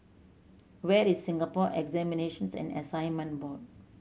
where is Singapore Examinations and Assessment Board